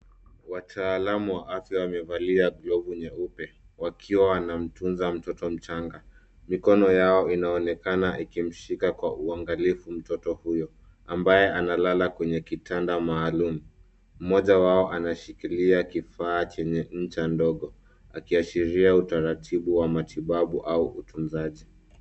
Wataalamu wa afya wamevalia glovu nyeupe wakiwa wanamtunza mtoto mchanga. Mikono yao inaonekana ikimshika kwa uangalifu mtoto huyo ambaye analala kwenye kitanda maalum. Mmoja wao anashikilia kifaa chenye ncha ndogo, akiashiria utaratibu wa matibabu au utunzaji.